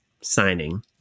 signing